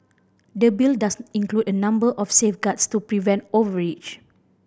the Bill does include a number of safeguards to prevent overreach